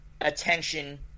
attention